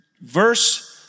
verse